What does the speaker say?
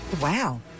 Wow